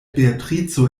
beatrico